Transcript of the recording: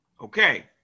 Okay